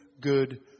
good